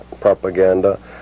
propaganda